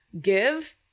give